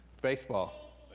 Baseball